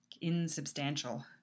insubstantial